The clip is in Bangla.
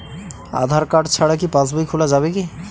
আধার কার্ড ছাড়া কি পাসবই খোলা যাবে কি?